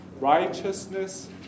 righteousness